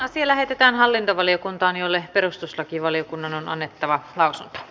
asia lähetettiin hallintovaliokuntaan jolle perustuslakivaliokunnan on annettava lausunto